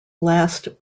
last